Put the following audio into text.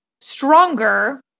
stronger